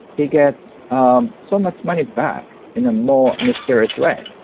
he gets um so much money back in a more mysterious way,